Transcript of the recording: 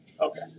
Okay